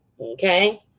okay